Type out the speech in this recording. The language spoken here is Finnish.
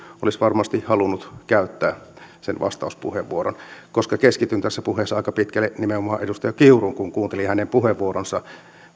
olisi varmasti halunnut käyttää sen vastauspuheenvuoron koska keskityn tässä puheessa aika pitkälle nimenomaan edustaja kiuruun kun kuuntelin hänen puheenvuoronsa